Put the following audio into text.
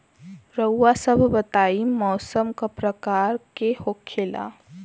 रउआ सभ बताई मौसम क प्रकार के होखेला?